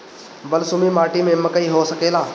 बलसूमी माटी में मकई हो सकेला?